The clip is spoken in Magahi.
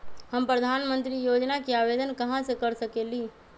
हम प्रधानमंत्री योजना के आवेदन कहा से कर सकेली?